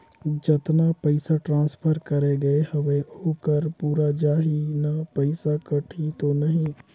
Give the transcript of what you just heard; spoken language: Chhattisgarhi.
जतना पइसा ट्रांसफर करे गये हवे ओकर पूरा जाही न पइसा कटही तो नहीं?